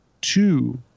two